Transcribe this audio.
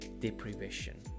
deprivation